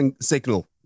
signal